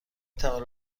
توانید